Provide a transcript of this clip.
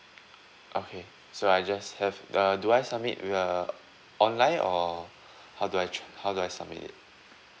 okay so I just have uh do I submit with uh online or how do I check how do I submit it